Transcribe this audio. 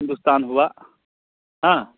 हिंदुस्तान हुआ हाँ